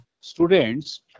students